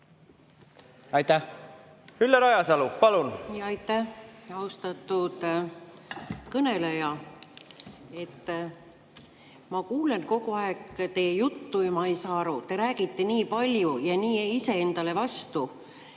palun! Ülle Rajasalu, palun! Aitäh! Austatud kõneleja! Ma kuulan kogu aeg teie juttu ja ma ei saa aru. Te räägite nii palju ja nii iseendale vastu,